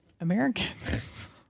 Americans